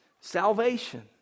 Salvation